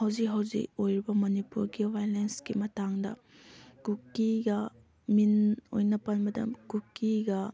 ꯍꯧꯖꯤꯛ ꯍꯧꯖꯤꯛ ꯑꯣꯏꯔꯤꯕ ꯃꯅꯤꯄꯨꯔꯒꯤ ꯚꯥꯏꯑꯣꯂꯦꯟꯁꯀꯤ ꯃꯇꯥꯡꯗ ꯀꯨꯀꯤꯒ ꯃꯤꯡ ꯑꯣꯏꯅ ꯄꯟꯕꯗ ꯀꯨꯀꯤꯒ